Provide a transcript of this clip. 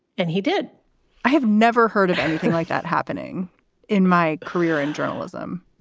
and he did i have never heard of anything like that happening in my career in journalism